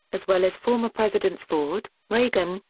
as well as former presidents ford, reagan,